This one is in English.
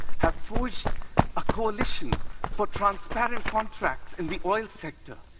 have forged a coalition for transparent contracts in the oil sector,